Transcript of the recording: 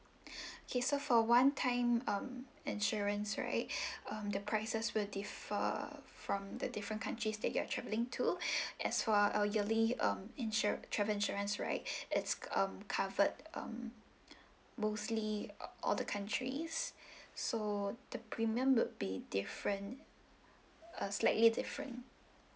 okay so for one time um insurance right um the prices will differ from the different countries that you are travelling to as for our yearly um insura~ travel insurance right it's um covered um mostly all all the countries so the premium would be different uh slightly different